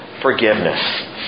forgiveness